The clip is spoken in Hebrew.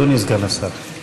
אדוני סגן השר.